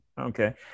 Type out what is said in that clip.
Okay